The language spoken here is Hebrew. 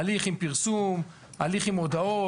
הליך עם פרסום, הליך עם הודעות.